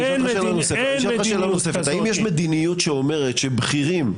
אשאל אותך שאלה נוספת: האם יש מדיניות שאומרת שבכירים,